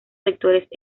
sectores